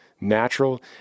natural